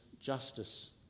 justice